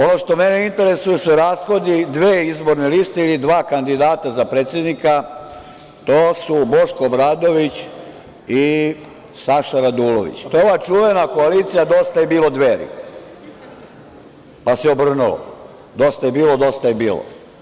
Ono što mene interesuje su rashodi dve izborne liste ili dva kandidata za predsednika, to su Boško Obradović i Saša Radulović, to je ona čuvena koalicija „Dosta je bilo – Dveri“, pa se obrnulo „Dosta je bilo, dosta je bilo“